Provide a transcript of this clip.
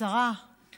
השר נמצא כאן.